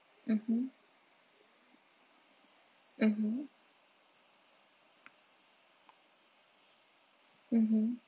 mmhmm mmhmm mmhmm